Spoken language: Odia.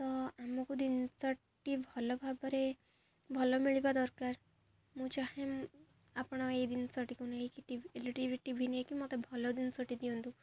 ତ ଆମକୁ ଜିନିଷଟି ଭଲ ଭାବରେ ଭଲ ମିଳିବା ଦରକାର ମୁଁ ଚାହେଁ ଆପଣ ଏଇ ଜିନିଷଟିକୁ ନେଇକି ଟିଭି ଏଲ୍ଇଡି ଟିଭି ନେଇକି ମୋତେ ଭଲ ଜିନିଷଟି ଦିଅନ୍ତୁ